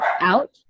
out